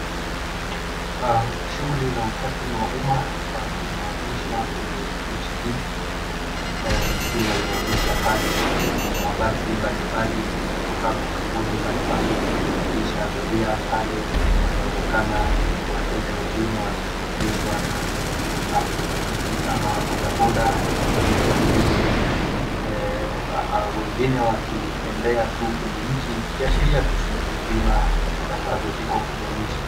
Shughuli za usafiri wa umma inaonyeshwa kwenye picha hii ikiwa inaonyesha pale mabasi mbalimbali kutoka makampuni mbalimbali yakisafirisha abiria pale panaonekana wateja wengine wakisafirishwa na pikipiki ama boda boda, ikionyesha vile vile watu wengine wakatembea tu kwenye mji, ikiashiria shuguli nzima ambazo ziko kwenye mji.